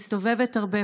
ואני מסתובבת הרבה,